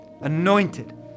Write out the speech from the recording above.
anointed